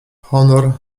honor